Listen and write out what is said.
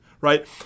right